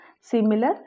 similar